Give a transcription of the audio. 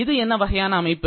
இது என்ன வகையான அமைப்பு